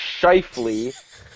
shifley